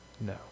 No